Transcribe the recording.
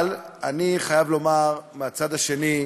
אבל אני חייב לומר מהצד השני.